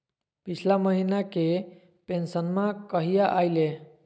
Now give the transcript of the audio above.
पिछला महीना के पेंसनमा कहिया आइले?